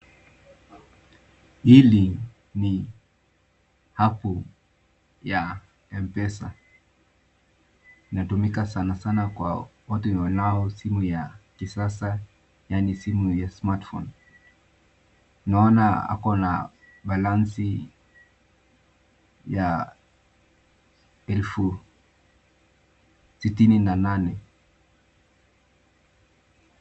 Hili ni appu ya Mpesa inatumika sanasana kwa watu wanao simu ya kisasa yaani simu ya smartphone naona akona balansi ya elfu sitini na nane